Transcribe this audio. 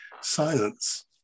silence